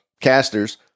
casters –